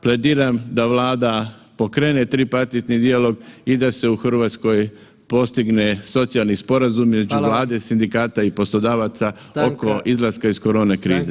Plediram da Vlada pokrene tripartitni dijalog i da se u Hrvatskoj postigne socijalni sporazum između [[Upadica predsjednik: Hvala.]] Vlade, sindikata i poslodavaca oko [[Upadica predsjednik: Stanka.]] izlaska iz korona krize.